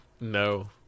No